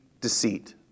deceit